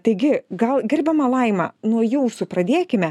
taigi gal gerbiama laima nuo jūsų pradėkime